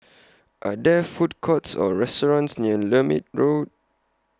Are There Food Courts Or restaurants near Lermit Road